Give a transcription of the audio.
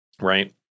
right